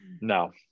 No